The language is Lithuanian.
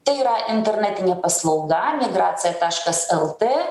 tai yra internetinė paslauga migracija taškas lt